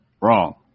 wrong